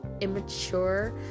immature